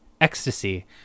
ecstasy